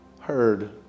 heard